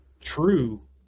true